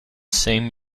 same